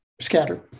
scattered